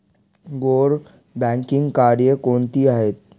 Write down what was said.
गैर बँकिंग कार्य कोणती आहेत?